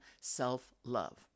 self-love